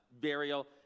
Burial